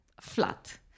flat